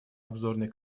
обзорной